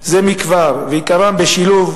כפי שהיה בשנת 2001,